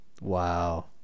Wow